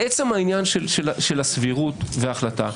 לעצם העניין של הסבירות וההחלטה.